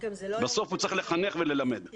בסוף הוא צריך לחנך וללמד.